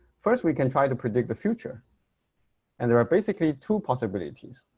first we can try to predict the future and there are basically two possibilities.